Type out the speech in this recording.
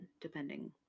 depending